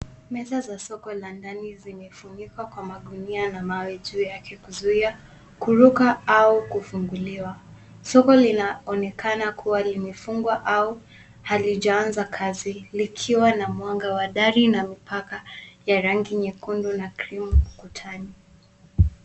Meza za soko la ndani zimefunikwa kwa magunia na mawe juu yake kuzuia kuruka au kufunguliwa. Soko linaonekana kuwa limefungwa au halijaaza kazi likiwa na mwanga wa dari na upaka ya rangi nyekundu na krimu ukutani.